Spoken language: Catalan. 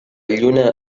lluna